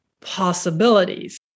possibilities